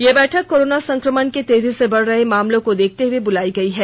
यह बैठक कोरोना संक्रमण के तेजी से बढ रहे मामालों को देखते हए बुलाई गई है